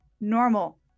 normal